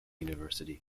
university